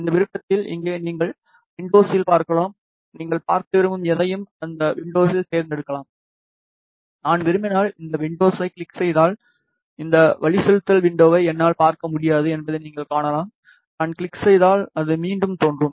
இந்த விருப்பத்தில் இங்கே நீங்கள் வின்டோஸில் பார்க்கலாம் நீங்கள் பார்க்க விரும்பும் எதையும் அந்த வின்டோஸில் தேர்ந்தெடுக்கலாம் நான் விரும்பினால் இந்த வின்டோஸை கிளிக் செய்தால் இந்த வழிசெலுத்தல் வின்டோஸை என்னால் பார்க்க முடியாது என்பதை நீங்கள் காணலாம் நான் கிளிக் செய்தால் அது மீண்டும் தோன்றும்